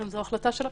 זו החלטה של הכנסת.